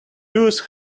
used